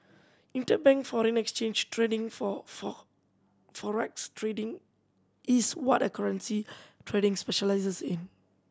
interbank foreign exchange trading for Forex trading is what a currency trader specialises in